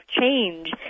change